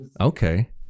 Okay